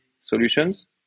solutions